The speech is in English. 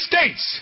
States